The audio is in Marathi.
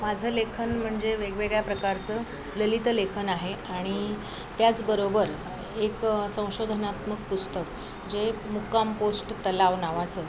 माझं लेखन म्हणजे वेगवेगळ्या प्रकारचं ललित लेखन आहे आणि त्याचबरोबर एक संशोधनात्मक पुस्तक जे मुक्काम पोस्ट तलाव नावाचं